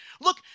Look